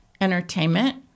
entertainment